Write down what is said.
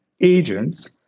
agents